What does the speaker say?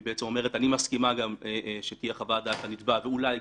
היא אומרת: אני מסכימה שתהיה חוות דעת לנתבע וגם,